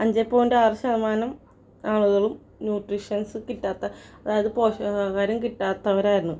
അഞ്ച് പോയിൻറ്റ് ആറു ശതമാനം ആളുകളും ന്യൂട്രിഷ്യൻസ് കിട്ടാത്ത അതായത് പോഷകാഹാരം കിട്ടാത്തവരാണ്